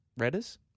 Redders